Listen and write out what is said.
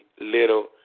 little